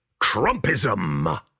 Trumpism